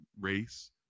race